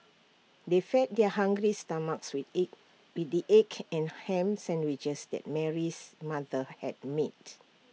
they fed their hungry stomachs with egg with the egg and Ham Sandwiches that Mary's mother had made